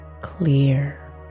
clear